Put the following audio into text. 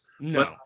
no